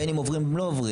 בין אם עוברים או לא עוברים.